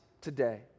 today